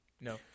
No